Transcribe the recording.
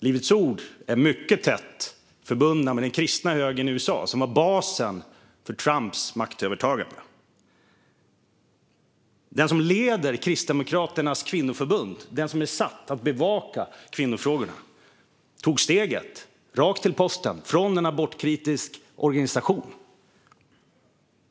Livets Ord är mycket tätt förbundna med den kristna högern i USA, som var basen för Trumps maktövertagande. Den som leder Kristdemokraternas kvinnoförbund, den som är satt att bevaka kvinnofrågorna, tog steget rakt till posten från en abortkritisk organisation.